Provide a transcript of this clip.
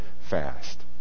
fast